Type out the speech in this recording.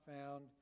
found